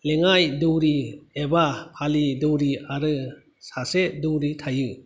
लेङाय दौरि एबा आलि दौरि आरो सासे दौरि थायो